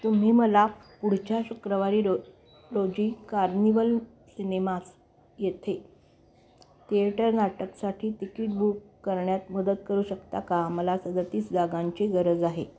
तुम्ही मला पुढच्या शुक्रवारी रो रोजी कार्निवल सिनेमाज येथे थिएटर नाटकसाठी तिकीट बुक करण्यात मदत करू शकता का मला सदतीस जागांची गरज आहे